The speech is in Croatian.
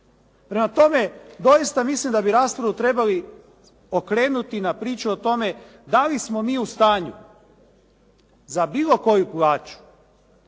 Prema tome, doista mislim da bi raspravu trebali okrenuti na priču o tome da li smo mi u stanju za bilo koju plaću